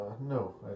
No